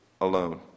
alone